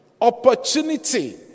Opportunity